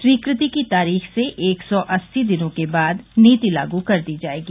स्वीकृति की तारीख से एक सौ अस्सी दिनों के बाद नीति लागू कर दी जायेगी